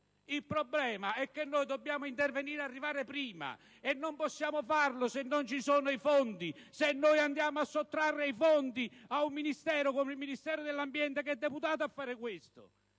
Il problema è che noi dobbiamo intervenire e arrivare prima e non possiamo farlo se non ci sono i fondi e se andiamo a sottrarre i fondi ad un Ministero, come quello dell'ambiente, che è deputato a svolgere